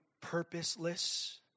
purposeless